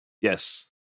yes